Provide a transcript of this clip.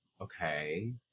okay